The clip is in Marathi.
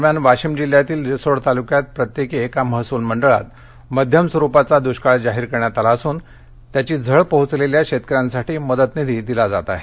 दरम्यान वाशिम जिल्ह्यातील रिसोड तालुक्यात प्रत्येकी एका महसूल मंडळात मध्यम स्वरुपाचा दृष्काळ जाहीर करण्यात आला असून दुष्काळाची झळ पोहोचलेल्या शेतकऱ्यांसाठी मदत निधी दिला जात आहे